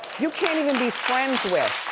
you can't even be friends with.